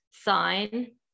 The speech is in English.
sign